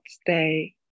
stay